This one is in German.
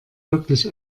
wirklich